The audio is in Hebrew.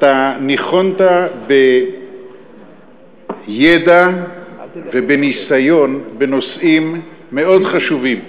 אתה ניחנת בידע ובניסיון בנושאים מאוד חשובים,